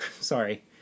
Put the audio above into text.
Sorry